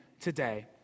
today